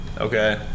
okay